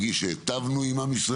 אני מרגיש שהיטבנו עם ישראל,